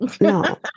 No